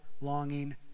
longing